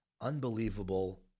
unbelievable